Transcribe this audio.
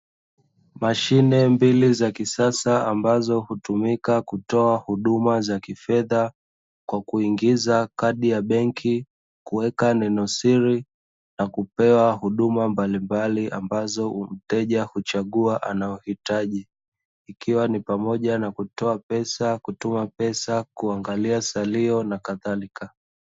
Mashine mbili za kisasa ambazo hutumika kutoa huduma za kifedha kwa kuingiza kadi ya banki kuweka neno siri na kupewa huduma mbalimbali ambazo mteja huchagua anayo hitaji ikiwa ni pamoja na kutoa pesa, kutuma pesa, kuangalia salio na kadhalika.